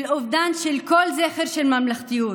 של אובדן של כל זכר של ממלכתיות,